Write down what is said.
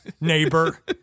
neighbor